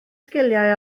sgiliau